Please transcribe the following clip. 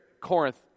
Corinth